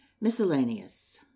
Miscellaneous